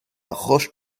roche